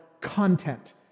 content